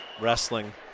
wrestling